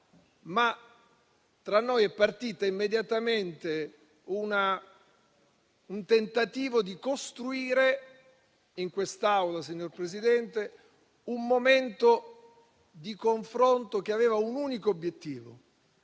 ma tra noi è partito immediatamente un tentativo di costruirvi, signor Presidente, un momento di confronto con un unico obiettivo,